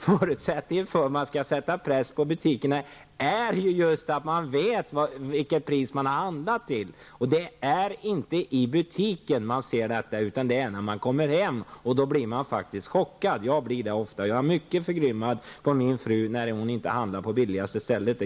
Förutsättningen för att kunna sätta press på butikerna är att kunden vet till vilket pris han har handlat. Det är inte i butiken som det syns, utan det är först när man kommer hem. Då blir man faktiskt chockad. Jag blir ofta chockad, och jag blir mycket förgrymmad på min fru när hon inte handlar på det billigaste stället.